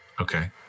Okay